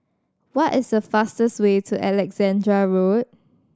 what is the fastest way to Alexandra Road